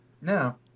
No